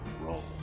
roll